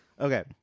Okay